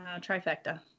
Trifecta